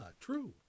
true